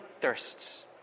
thirsts